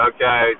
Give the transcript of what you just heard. Okay